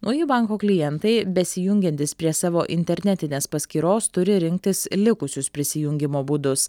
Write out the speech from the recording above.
nauji banko klientai besijungiantys prie savo internetinės paskyros turi rinktis likusius prisijungimo būdus